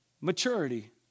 maturity